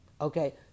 okay